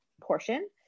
portion